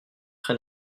très